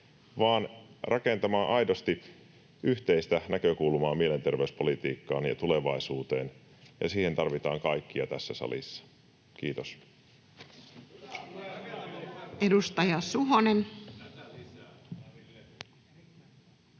vaan rakentamaan aidosti yhteistä näkökulmaa mielenterveyspolitiikkaan ja tulevaisuuteen, ja siihen tarvitaan kaikkia tässä salissa. — Kiitos.